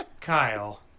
Kyle